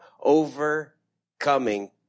overcoming